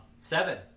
Seven